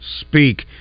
speak